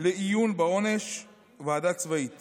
לעיון בעונש או ועדה צבאית